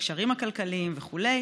הקשרים הכלכליים וכו',